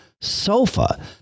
sofa